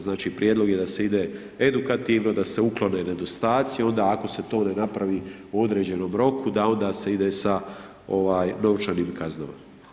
Znači prijedlog je da se ide edukativno, da se uklone nedostaci, onda ako se to ne napravi u određenom roku da onda se ide sa novčanim kaznama.